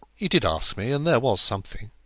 he did ask me, and there was something.